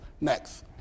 Next